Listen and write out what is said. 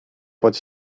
pod